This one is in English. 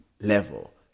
level